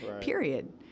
period